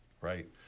right